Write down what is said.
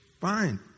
Fine